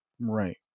Right